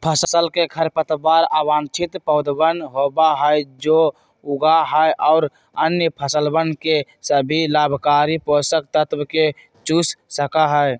फसल के खरपतवार अवांछित पौधवन होबा हई जो उगा हई और अन्य फसलवन के सभी लाभकारी पोषक तत्व के चूस सका हई